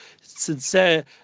sincere